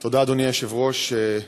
תודה, אדוני היושב-ראש, תודה,